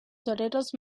toreros